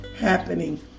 happening